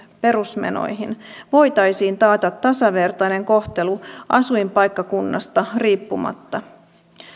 perusmenoihin voitaisiin taata tasavertainen kohtelu asuinpaikkakunnasta riippumatta